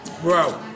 Bro